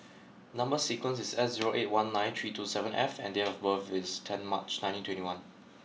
number sequence is S zero eight one nine three two seven F and date of birth is ten March nineteen twenty one